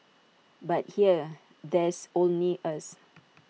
but here there's only us